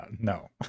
No